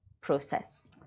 process